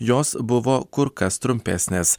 jos buvo kur kas trumpesnės